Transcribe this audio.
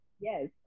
Yes